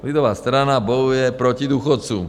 Lidová strana bojuje proti důchodcům.